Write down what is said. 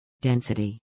density